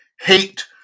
hate